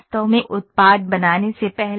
वास्तव में उत्पाद बनाने से पहले